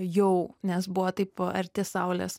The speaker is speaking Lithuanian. jau nes buvo taip arti saulės